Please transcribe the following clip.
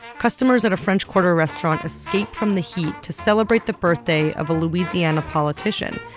customers at a french quarter restaurant escape from the heat to celebrate the birthday of a louisiana politician.